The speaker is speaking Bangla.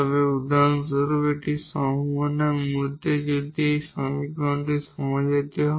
তবে উদাহরণস্বরূপ এটি একটি সম্ভাবনার মধ্যে যদি এই সমীকরণটি সমজাতীয় হয়